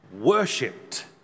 worshipped